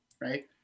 right